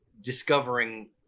discovering